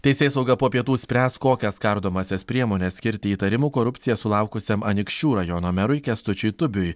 teisėsauga po pietų spręs kokias kardomąsias priemones skirti įtarimų korupcija sulaukusiam anykščių rajono merui kęstučiui tubiui